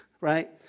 right